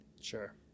Sure